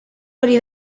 hori